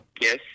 Yes